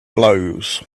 blows